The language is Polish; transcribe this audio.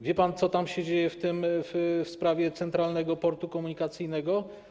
Wie pan, co tam się dzieje w sprawie Centralnego Portu Komunikacyjnego?